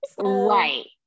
right